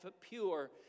pure